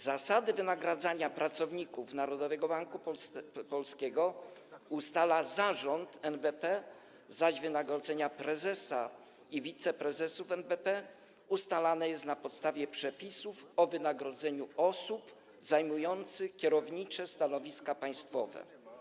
Zasady wynagradzania pracowników Narodowego Banku Polskiego ustala zarząd NBP, zaś wynagrodzenia prezesa i wiceprezesów NBP ustalane są na podstawie przepisów o wynagrodzeniu osób zajmujących kierownicze stanowiska państwowe.